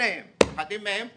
הנה הם, אחדים מהם פה,